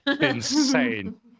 insane